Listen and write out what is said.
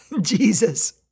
Jesus